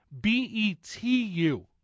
B-E-T-U